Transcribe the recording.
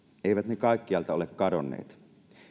eivät ne kaikkialta ole kadonneet